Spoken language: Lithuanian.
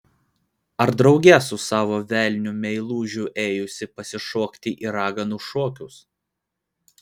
ar drauge su savo velniu meilužiu ėjusi pasišokti į raganų šokius